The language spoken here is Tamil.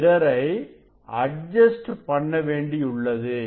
மிரரை அட்ஜஸ்ட் பண்ண வேண்டியுள்ளது